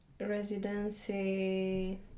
Residency